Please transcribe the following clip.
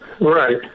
Right